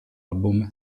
album